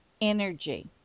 energy